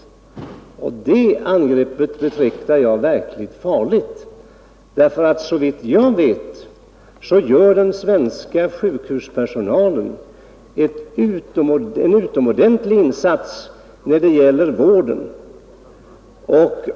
Och Patientombudsmän det angreppet betraktar jag som verkligt allvarligt därför att såvitt jag vet OCh vårdombudsmän m.m. gör den svenska sjukhuspersonalen en utomordentlig insats när det gäller vården.